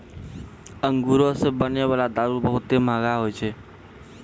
अंगूरो से बनै बाला दारू बहुते मंहगा होय छै